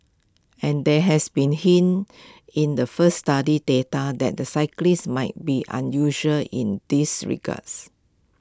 and there has been hints in the first study's data that the cyclists might be unusual in these regards